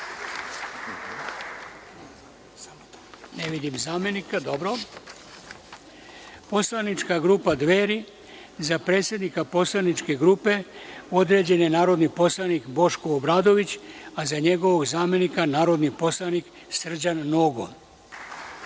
ne vidim zamenika; Poslanička grupa DVERI – za predsednika poslaničke grupe određen je narodni poslanik Boško Obradović, a za njegovog zamenika narodni poslanik Srđan Nogo;